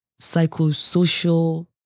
psychosocial